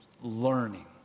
learning